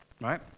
Right